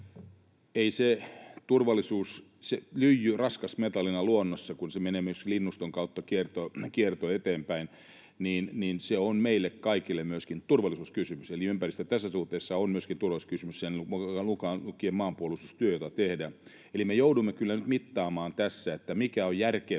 ihmisten turvallisuudesta. Lyijy raskasmetallina luonnossa, kun se menee myöskin linnuston kautta kiertoon eteenpäin, on meille kaikille myöskin turvallisuuskysymys, eli ympäristö tässä suhteessa on myöskin turvallisuuskysymys, mukaan lukien maanpuolustustyö, jota tehdään. Eli me joudumme kyllä nyt mittaamaan tässä, mikä on järkevää.